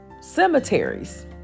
Cemeteries